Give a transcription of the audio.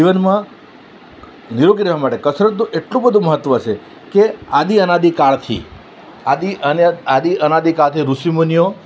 જીવનમાં નિરોગી રહેવા માટે કસરતનું એટલું બધું મહત્ત્વ છે કે આદિ અનાદિ કાળથી આદિ અને આદિ અનાદિ કાળથી ઋષિ મુનિઓ